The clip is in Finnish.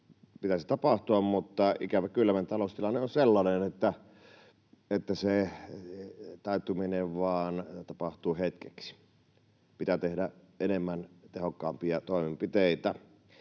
pitäisi tapahtua, mutta ikävä kyllä meidän taloustilanne on sellainen, että sen täyttyminen tapahtuu vain hetkeksi. Pitää tehdä enemmän ja tehokkaampia toimenpiteitä.